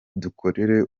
dukorere